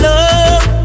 Love